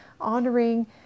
honoring